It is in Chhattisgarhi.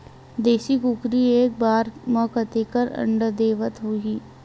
देशी कुकरी एक बार म कतेकन अंडा देत होही?